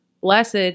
Blessed